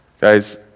Guys